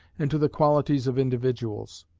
and to the qualities of individuals.